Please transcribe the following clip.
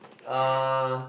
uh